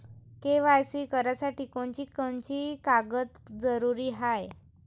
KYC करासाठी कोनची कोनची कागद जरुरी हाय?